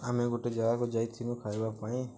ଆମେ ଗୋଟେ ଜାଗାକୁ ଯାଇଥିଲୁ ଖାଇବା ପାଇଁ